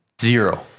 Zero